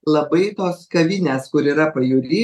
labai tos kavinės kur yra pajūry